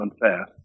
unfair